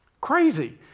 Crazy